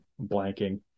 blanking